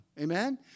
Amen